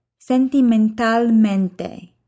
sentimentalmente